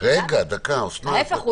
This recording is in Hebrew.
ההיפך,